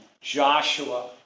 Joshua